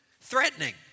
Threatening